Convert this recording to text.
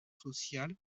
sociale